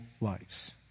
lives